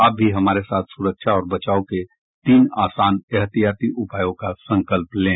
आप भी हमारे साथ सुरक्षा और बचाव के तीन आसान एहतियाती उपायों का संकल्प लें